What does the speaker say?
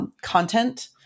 content